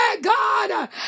God